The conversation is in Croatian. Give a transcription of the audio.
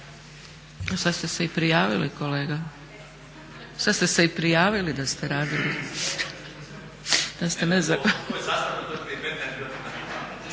Sad ste se i prijavili kolega, sad ste se i prijavili da ste radili nezakonito.